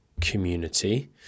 community